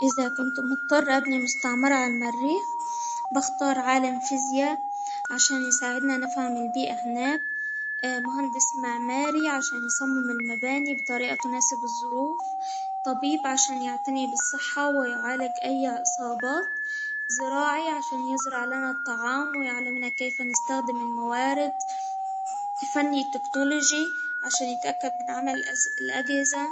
إذا كنت مضطر أبني مستعمرة على المريخ بختار عالم فيزياء عشان يساعدنا نفهم البيئة هناك، مهندس معماري عشان نصمم المباني بطريئة تناسب الظروف، طبيب عشان يعتني بالصحة ويعالج أي إصابات، زراعي عشان يزرع لنا الطعام ويعلمنا كيف نستخدم الموارد الفني التكنولوجي عشان نتأكد من عمل الأج-الأجهزة.